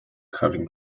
cutting